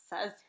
says